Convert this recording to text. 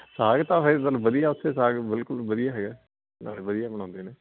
ਸਾਗ ਤਾਂ ਹੈ ਤੁਹਾਨੂੰ ਵਧੀਆ ਉੱਥੇ ਸਾਗ ਬਿਲਕੁਲ ਵਧੀਆ ਹੈਗਾ ਨਾਲ ਵਧੀਆ ਬਣਾਉਂਦੇ ਨੇ